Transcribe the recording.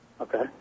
Okay